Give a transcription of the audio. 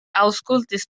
aŭskultis